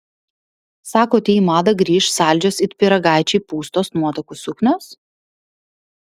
sakote į madą grįš saldžios it pyragaičiai pūstos nuotakų suknios